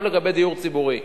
עכשיו לגבי דיור ציבורי.